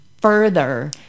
further